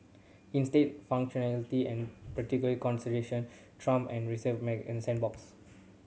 instead functionality and practical consideration trump and received messiness of sandbox